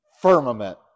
firmament